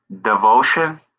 Devotion